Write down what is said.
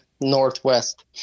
northwest